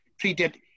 treated